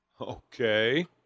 okay